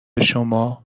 شما، اون